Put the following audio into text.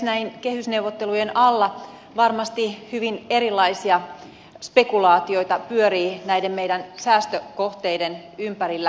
näin kehysneuvottelujen alla varmasti hyvin erilaisia spekulaatioita pyörii näiden meidän mahdollisten säästökohteiden ympärillä